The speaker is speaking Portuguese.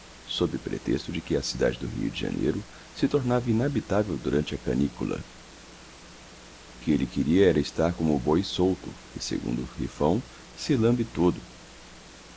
sob pretexto de que a cidade do rio de janeiro se tornava inabitável durante a canícula o que ele queria era estar como o boi solto que segundo o rifão se lambe todo